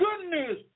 goodness